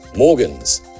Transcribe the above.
Morgan's